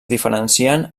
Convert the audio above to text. diferencien